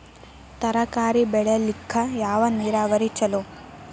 ತರಕಾರಿ ಬೆಳಿಲಿಕ್ಕ ಯಾವ ನೇರಾವರಿ ಛಲೋ?